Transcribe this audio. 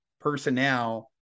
personnel